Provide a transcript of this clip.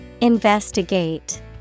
Investigate